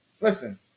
listen